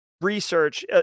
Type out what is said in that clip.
research